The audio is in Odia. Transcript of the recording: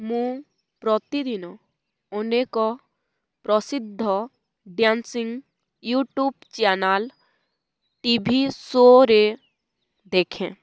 ମୁଁ ପ୍ରତିଦିନ ଅନେକ ପ୍ରସିଦ୍ଧ ଡ୍ୟାନ୍ସିଂ ୟୁଟ୍ୟୁବ୍ ଚ୍ୟାନେଲ୍ ଟିଭି ସୋରେ ଦେଖେ